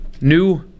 new